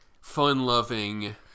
fun-loving